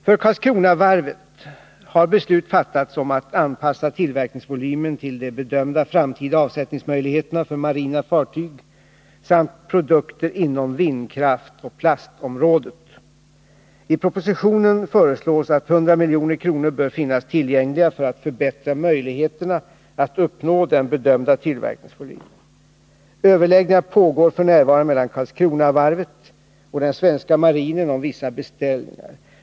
För Karlskronavarvet har beslut fattats om att anpassa tillverkningsvolymen till de bedömda framtida avsättningsmöjligheterna för marina fartyg samt produkter inom vindkraftsoch plastområdet. I propositionen föreslås att 100 milj.kr. bör finnas tillgängliga för att förbättra möjligheterna att uppnå den bedömda tillverkningsvolymen. Överläggningar pågår f.n. mellan Karlskronavarvet och den svenska marinen om vissa beställningar.